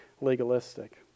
legalistic